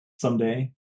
someday